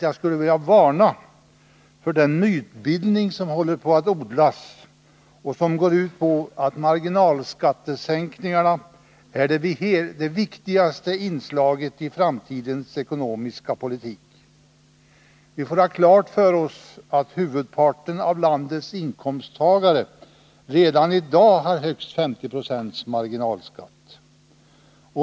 Jag skulle vilja varna för den mytbildning som håller på att odlas och som går ut på att marginalskattesänkningarna är det viktigaste inslaget i framtidens ekonomiska politik. Vi får ha klart för oss att huvudparten av landets inkomsttagare redan i dag har högst 50 96 marginalskatt.